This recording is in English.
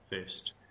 first